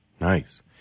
Nice